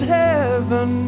heaven